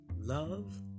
Love